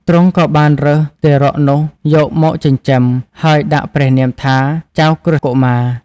ទ្រង់ក៏បានរើសទារកនោះយកមកចិញ្ចឹម ហើយដាក់ព្រះនាមថា ចៅក្រឹស្នកុមារ។